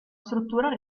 struttura